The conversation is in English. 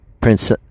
prince